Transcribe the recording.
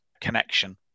connection